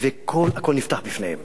והכול נפתח בפניהם.